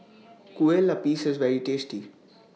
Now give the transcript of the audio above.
Kueh Lapis IS very tasty